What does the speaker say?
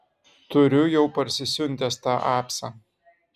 turiu jau parsisiuntęs tą apsą